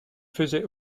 faisait